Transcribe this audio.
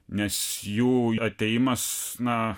nes jų atėjimas na